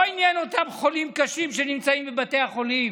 לא עניינו אותם חולים קשים שנמצאים בבתי החולים,